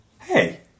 hey